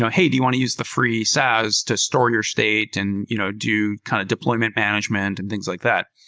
hey, do you want to use the free saas to store your state and you know do kind of deployment management and things like that?